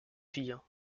filles